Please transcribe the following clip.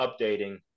updating